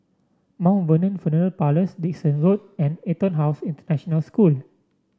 Mount Vernon Funeral Parlours Dickson Road and EtonHouse International School